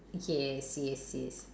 yes yes yes